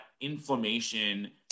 inflammation